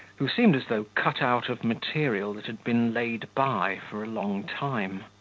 who seemed as though cut out of material that had been laid by for a long time.